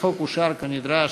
החוק אושר, כנדרש,